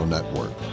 Network